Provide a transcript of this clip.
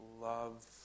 love